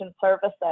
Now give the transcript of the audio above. services